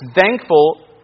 thankful